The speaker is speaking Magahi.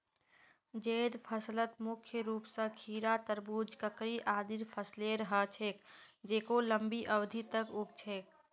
जैद फसलत मुख्य रूप स खीरा, तरबूज, ककड़ी आदिर फसलेर ह छेक जेको लंबी अवधि तक उग छेक